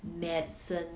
medicine